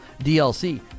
DLC